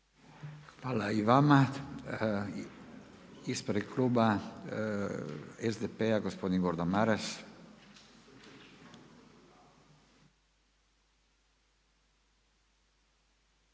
Hvala i vama. Ispred kluba SDP-a gospodin Gordan Maras.